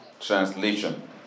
Translation